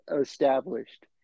established